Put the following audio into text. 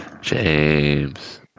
James